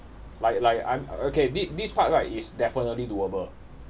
like like I'm okay this this part right is definitely doable